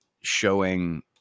showing